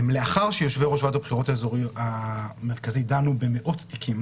לאחר שיושבי-ראש ועדת הבחירות המרכזית דנו במאות תיקים